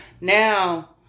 now